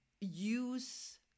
use